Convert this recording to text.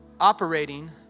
Operating